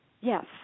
Yes